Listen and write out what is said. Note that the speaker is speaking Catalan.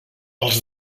els